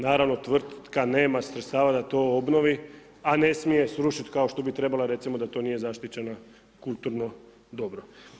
Naravno, tvrtka nema sredstava da to obnovi, a ne smije srušit kao što bi trebala, recimo da to nije zaštićeno kulturno dobro.